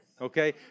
okay